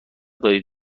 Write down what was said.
دارین